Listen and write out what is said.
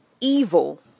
evil